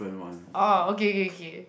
oh okay okay okay